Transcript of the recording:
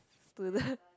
student